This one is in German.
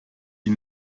die